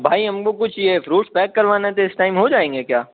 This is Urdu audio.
بھائی ہم کو کچھ یہ فروٹ پیک کروانا تھا اس ٹائم ہو جائیں گے کیا